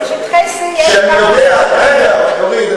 זה שטחי C. בשטחי C יש, רגע, אורית.